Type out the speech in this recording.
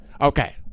Okay